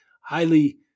highly